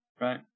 right